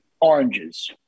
oranges